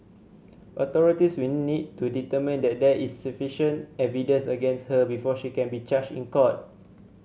authorities will need to determine that there is sufficient evidence against her before she can be charged in court